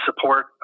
support